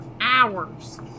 hours